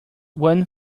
one